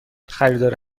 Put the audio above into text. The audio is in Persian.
خریدار